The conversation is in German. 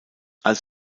als